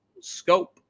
Scope